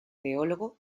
teólogo